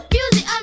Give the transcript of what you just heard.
Music